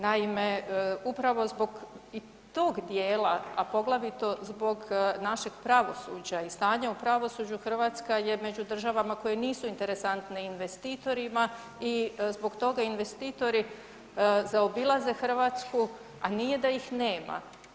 Naime, upravo zbog i tog dijela, a poglavito zbog našeg pravosuđa i stanja u pravosuđu Hrvatska je među državama koje nisu interesantne investitorima i zbog toga investitori zaobilaze Hrvatsku, a nije da ih nema.